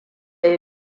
ya